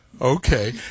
Okay